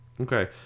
okay